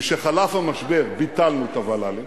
משחלף המשבר, ביטלנו את הוול"לים,